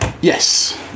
Yes